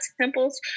temples